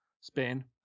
Spain